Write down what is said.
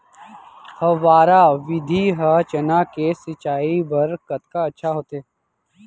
फव्वारा विधि ह चना के सिंचाई बर कतका अच्छा होथे?